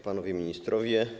Panowie Ministrowie!